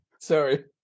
sorry